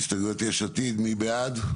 הסתייגויות יש עתיד מי בעד?